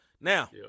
Now